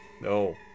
no